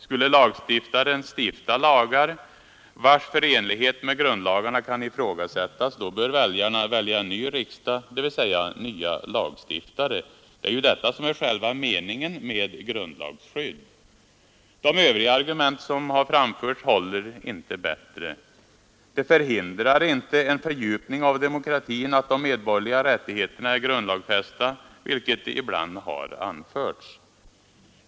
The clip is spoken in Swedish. Skulle lagstiftaren stifta lagar, vilkas förenlighet med grundlagarkan ifrågasättas, då bör väljarna välja en ny riksdag dvs. nya lagstiftare. Det är ju detta som är själva meningen med grundlagsskydd. De övriga argument som framförts håller inte bättre. Det förhindrar inte en fördjupning av demokratin att de medborgerliga rättigheterna är grundlagsfästa, vilket ibland har anförts.